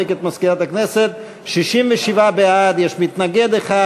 67 בעד, מתנגד אחד.